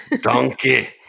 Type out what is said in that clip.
Donkey